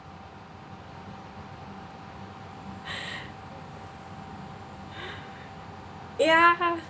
ya